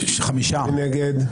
מי נמנע?